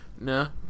no